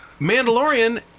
Mandalorian